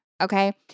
okay